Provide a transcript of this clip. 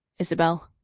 isabel.